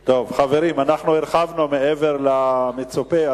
חברים, אנחנו הרחבנו מעבר למצופה.